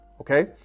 Okay